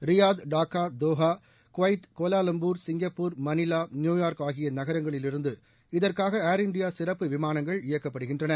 Riyadh Dhaka Doha Kuwait Kuala Lumpur Singapore Manila New York ஆகிய நகரங்களில் இருந்து இதற்காக ஏர் இந்தியா சிறப்பு விமானங்கள் இயக்கப்படுகின்றன